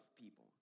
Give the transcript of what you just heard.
people